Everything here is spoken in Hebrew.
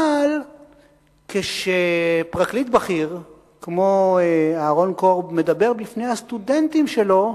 אבל כשפרקליט בכיר כמו אורי קורב אומר את הדברים בפני הסטודנטים שלו,